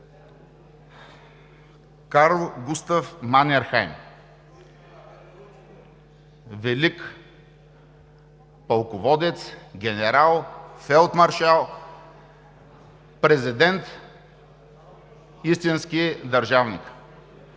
Карл Густав Манерхейм е велик пълководец, генерал, фелдмаршал, президент – истински държавник: